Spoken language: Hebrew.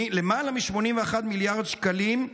למעלה מ-81 מיליארד שקלים,